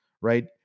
right